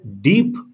deep